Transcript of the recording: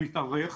ומתארך,